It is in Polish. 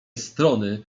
strony